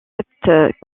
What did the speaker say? cette